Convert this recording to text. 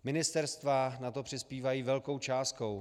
Ministerstva na to přispívají velkou částkou